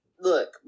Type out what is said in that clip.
look